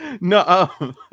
No